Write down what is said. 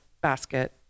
basket